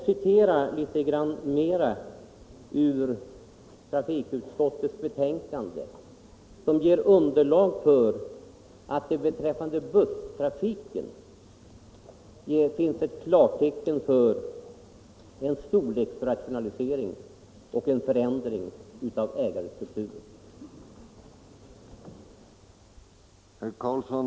Citera nu litet mer ur trafikutskottets utlåtande, som ger underlag för att det beträffande busstrafiken finns ett klartecken för en storleksrationalisering och en förändring av ägarstrukturen!